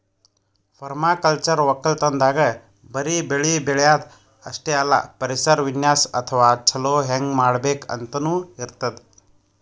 permaculture ವಕ್ಕಲತನ್ದಾಗ್ ಬರಿ ಬೆಳಿ ಬೆಳ್ಯಾದ್ ಅಷ್ಟೇ ಅಲ್ಲ ಪರಿಸರ ವಿನ್ಯಾಸ್ ಅಥವಾ ಛಲೋ ಹೆಂಗ್ ಮಾಡ್ಬೇಕ್ ಅಂತನೂ ಇರ್ತದ್